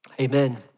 Amen